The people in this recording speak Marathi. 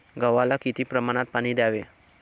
गव्हाला किती प्रमाणात पाणी द्यावे?